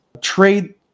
trade